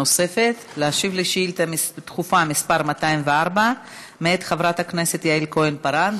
ולהשיב על שאילתה דחופה מס' 204 מאת חברת הכנסת יעל כהן-פארן.